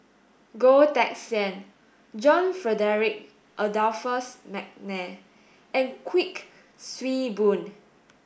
Goh Teck Sian John Frederick Adolphus McNair and Kuik Swee Boon